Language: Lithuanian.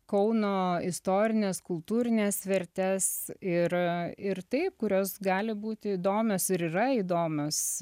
kauno istorines kultūrines vertes ir ir taip kurios gali būti įdomios ir yra įdomios